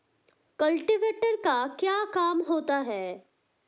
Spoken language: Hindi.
कल्टीवेटर का क्या काम होता है?